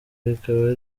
rikaba